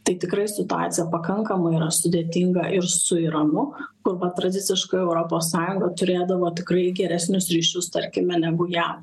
tai tikrai situacija pakankamai yra sudėtinga ir su iranu kur va tradiciškai europos sąjunga turėdavo tikrai geresnius ryšius tarkime negu jav